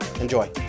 Enjoy